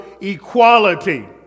equality